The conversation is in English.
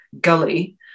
gully